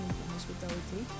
Hospitality